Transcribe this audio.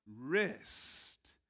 rest